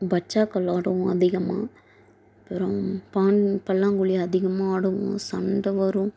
பச்சாக்கல் ஆடுவோம் அதிகமாக அப்புறம் பாண் பல்லாங்குழி அதிகமா ஆடுவோம் சண்டை வரும்